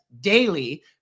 daily